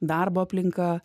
darbo aplinka